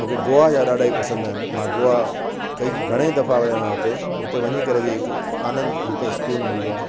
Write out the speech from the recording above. मुखे गोआ जा ॾाढा ई पसंदि आहिनि मां गोआ कई घणेई दफ़ा वियो आहियां हुते हुते वञी करे बि हिकु आनंद हिते सुकूनु मिलंदो आहे